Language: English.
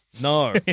No